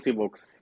books